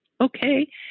Okay